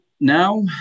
now